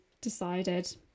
decided